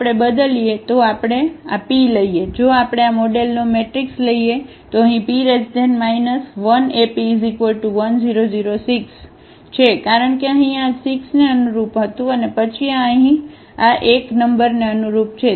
જો આપણે બદલીએ જો આપણે આ p લઈએ જો આપણે આ મોડેલનો મેટ્રિક્સ લઈએ તો અહીં P 1AP1 0 0 6 છે કારણ કે અહીં આ આ 6 ને અનુરૂપ હતું અને પછી આ અહીં આ 1 નંબરને અનુરૂપ છે